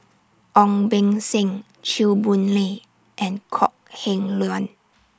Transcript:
Ong Beng Seng Chew Boon Lay and Kok Heng Leun